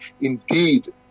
indeed